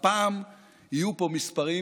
הפעם יהיו פה מספרים,